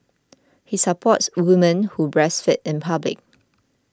he supports women who breastfeed in public